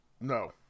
No